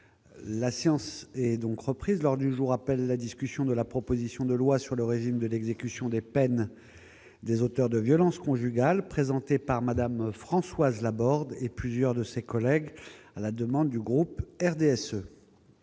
La science et donc reprise lors du jour appelle la discussion de la proposition de loi sur le régime de l'exécution des peines, des auteurs de violences conjugales, présenté par Madame Françoise Laborde et plusieurs de ses collègues à la demande du groupe RDSE.